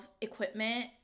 equipment